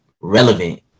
relevant